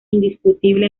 indiscutible